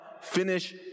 finish